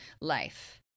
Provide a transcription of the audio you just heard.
life